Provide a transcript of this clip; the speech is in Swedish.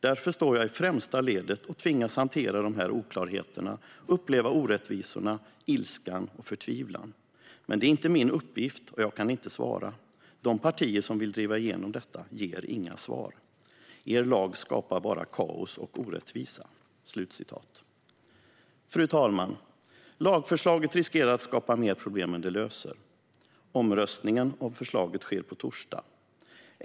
Därför står jag i främsta ledet och tvingas att hantera dessa oklarheter, uppleva orättvisorna, ilskan och förtvivlan. Men det är inte min uppgift, och jag kan inte svara. De partier som vill driva igenom detta ger mig inga svar. Er lag skapar bara kaos och orättvisa." Fru talman! Lagförslaget riskerar att skapa mer problem än det löser. Omröstningen om förslaget sker på torsdag.